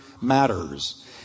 matters